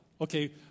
Okay